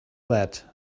that